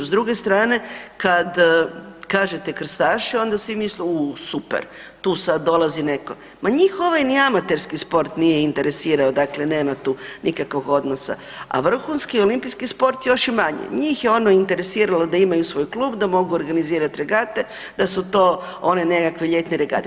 S druge strane kad kažete krstaši, onda svi misle uuu super, tu sada dolazi neko, ma njih ni ovaj amaterski sport nije interesirao, dakle nema tu nikakvog odnosa, a vrhunski olimpijski sport još i manje, njih je ono interesiralo da ima svoj klub, da mogu organizirati regate da su to one nekakve ljetne regate.